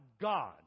God